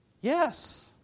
Yes